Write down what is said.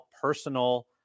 personal